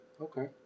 Okay